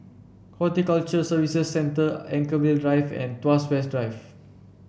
Horticulture Services Centre Anchorvale Drive and Tuas West Drive